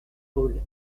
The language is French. paul